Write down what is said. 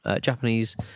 Japanese